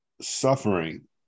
suffering